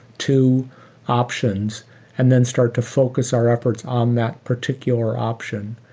two options and then start to focus our efforts on that particular option.